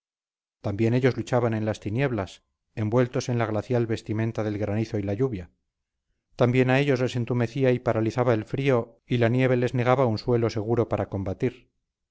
también ellos luchaban en las tinieblas envueltos en la glacial vestimenta del granizo y la lluvia también a ellos les entumecía y paralizaba el frío y la nieve les negaba un suelo seguro para combatir